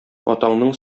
атаңның